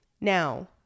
Now